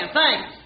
thanks